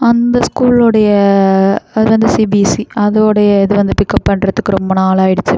அந்த ஸ்கூல் உடைய அது வந்து சிபிஎஸ்சி அதோடைய இது வந்து பிக்கப் பண்ணுறதுக்கு ரொம்ப நாள் ஆயிடுச்சு